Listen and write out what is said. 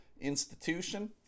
institution